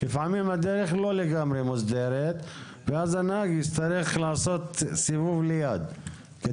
לפעמים הדרך לא לגמרי מוסדרת ואז הנהג צריך לעשות סיבוב ליד,